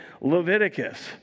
Leviticus